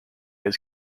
his